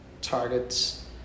targets